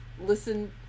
listen